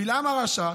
בלעם הרשע,